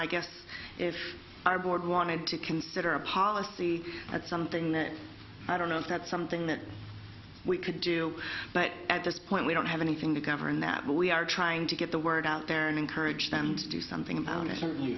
i guess if our board wanted to consider a policy that's something that i don't know if that's something that we could do but at this point we don't have anything to govern that but we are trying to get the word out there and encourage them to do something about